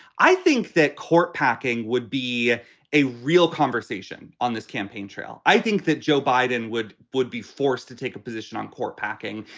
i think that court packing would be a real conversation on this campaign trail. i think that joe biden would would be forced to take a position on court packing.